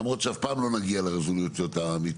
למרות שאף פעם לא נגיע לרזולוציות האמיתיות.